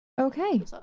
okay